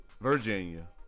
Virginia